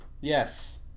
Yes